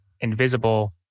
invisible